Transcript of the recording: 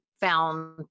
found